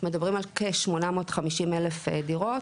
אנחנו מדברים על כ-850,000 דירות.